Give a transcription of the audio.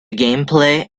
gameplay